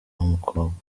w’umukobwa